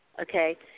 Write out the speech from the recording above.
okay